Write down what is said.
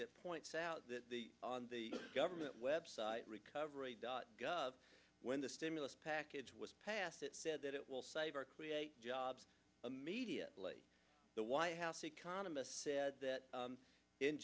that points out that the on the government web site recovery dot gov when the stimulus package was passed it said that it will save or create jobs immediately the white house economist said that